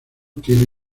tiene